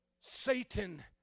Satan